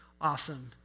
awesome